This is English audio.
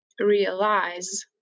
realize